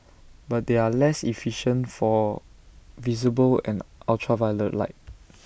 but they are less efficient for visible and ultraviolet light